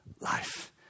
life